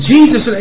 Jesus